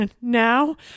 now